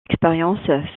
expériences